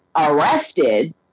arrested